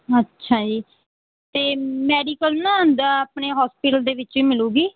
ਅੱਛਾ ਜੀ ਅਤੇ ਮੈਡੀਕਲ ਨਾ ਹੁੰਦਾ ਆਪਣੇ ਹੋਸਪਿਟਲ ਦੇ ਵਿੱਚ ਹੀ ਮਿਲੇਗੀ